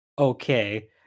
okay